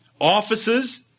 offices